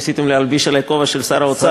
קודם ניסיתם להלביש עלי כובע של שר האוצר,